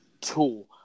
tool